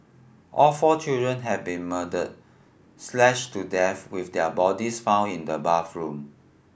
all four children had been murdered slashed to death with their bodies found in the bathroom